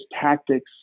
tactics